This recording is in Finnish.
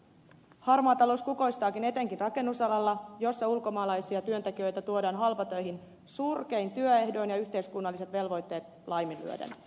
harmaa talous kukoistaakin etenkin rakennusalalla jossa ulkomaalaisia työntekijöitä tuodaan halpatöihin surkein työehdoin ja yhteiskunnalliset velvoitteet laiminlyöden